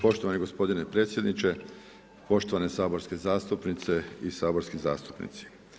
Poštovani gospodine predsjedniče, poštovane saborske zastupnice i saborski zastupnici.